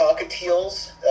cockatiels